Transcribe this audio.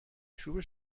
چوب